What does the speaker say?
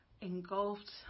engulfed